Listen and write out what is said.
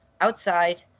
outside